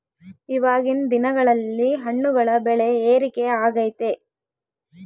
ಇವಾಗಿನ್ ದಿನಗಳಲ್ಲಿ ಹಣ್ಣುಗಳ ಬೆಳೆ ಏರಿಕೆ ಆಗೈತೆ